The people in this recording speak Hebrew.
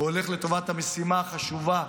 והולך לטובת המשימה החשובה: